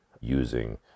using